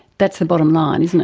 that's the bottom line, isn't it.